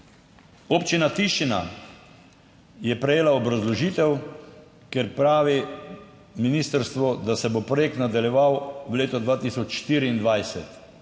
Občina Tišina je prejela obrazložitev, ker pravi ministrstvo, da se bo projekt nadaljeval v letu 2024,